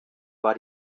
war